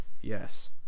yes